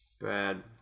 bad